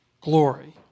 glory